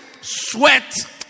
sweat